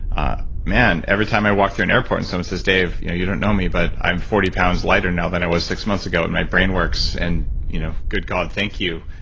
ah man, every time i walk through an airport and someone says dave, you know, you don't know me but i'm forty pounds lighter now than i was six months ago, and my brain works, and you know good god, thank you.